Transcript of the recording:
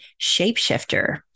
shapeshifter